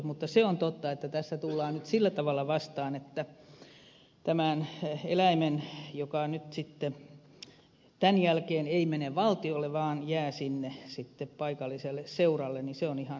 mutta se on totta että tässä tullaan nyt sillä tavalla vastaan että tämä eläin joka nyt sitten tämän jälkeen ei mene valtiolle vaan jää sinne paikalliselle seuralle on ihan hyvä vastaantulo